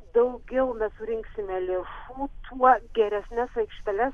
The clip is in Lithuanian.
daugiau mes surinksime lėšų tuo geresnes aikšteles